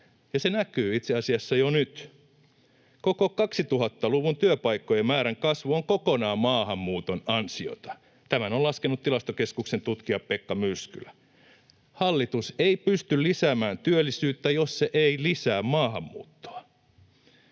se näkyy itse asiassa jo nyt. Koko 2000-luvun työpaikkojen määrän kasvu on kokonaan maahanmuuton ansiota, tämän on laskenut Tilastokeskuksen tutkija Pekka Myrskylä. Hallitus ei pysty lisäämään työllisyyttä, jos se ei lisää maahanmuuttoa.